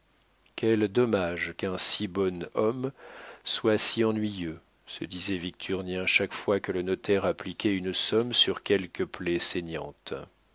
quel dommage qu'un si bon homme soit si ennuyeux se disait victurnien chaque fois que le notaire appliquait une somme sur quelque plaie saignante